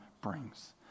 brings